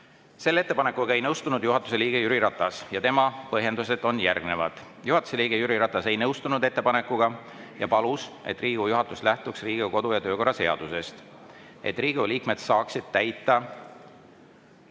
ettepanekuga ei nõustunud juhatuse liige Jüri Ratas ja tema põhjendused on järgnevad. Juhatuse liige Jüri Ratas ei nõustunud ettepanekuga ja palus, et Riigikogu juhatus lähtuks Riigikogu kodu‑ ja töökorra seadusest, et Riigikogu liikmed saaksid täita